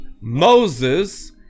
Moses